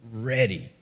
ready